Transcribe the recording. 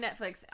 Netflix